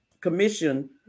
commission